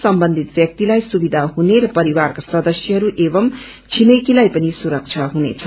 सम्बन्ध्ता व्याक्तिलाई सुविधा हुने र परिवारका सदस्यहरू एवमू छिमेकीलाई पनि सुरक्षा हुनेछ